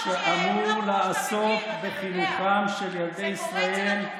משרד שאמור לעסוק בחינוכם של ילדי ישראל,